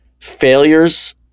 failures